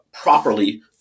properly